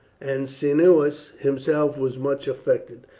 and cneius himself was much affected.